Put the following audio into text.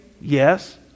Yes